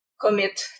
commit